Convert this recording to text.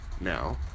now